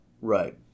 Right